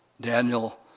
Daniel